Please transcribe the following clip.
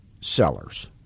sellers